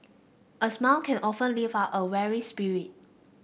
a smile can often lift up a weary spirit